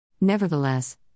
Nevertheless